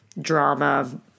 drama